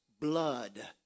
blood